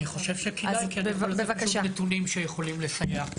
אני חושב שכדאי --- נתונים שיכולים לסייע.